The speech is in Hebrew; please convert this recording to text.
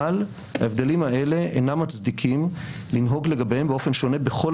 אבל ההבדלים האלה אינם מצדיקים לנהוג לגביהם באופן שונה בכל